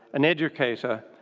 an educator,